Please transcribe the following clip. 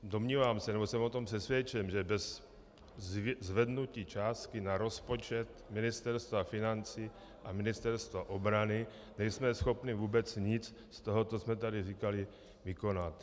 Domnívám se, nebo jsem o tom přesvědčen, že bez zvýšení částky na rozpočet Ministerstva financí a Ministerstva obrany nejsme schopni vůbec nic z toho, co jsme tady říkali, vykonat.